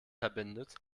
verbindet